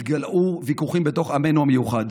התגלעו ויכוחים בתוך עמנו המיוחד.